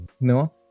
no